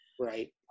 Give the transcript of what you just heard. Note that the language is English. Right